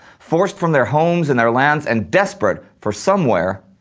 forced from their homes and their lands, and desperate for somewhere,